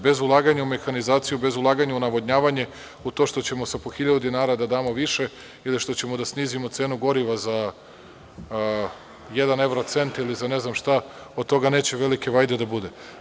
Bez ulaganja u mehanizaciju, bez ulaganja u navodnjavanje, u to što ćemo sa po hiljadu dinara da damo više, ili što ćemo da snizimo cenu goriva za jedan evro centi, ili za ne znam šta, od toga neće velike vajde da bude.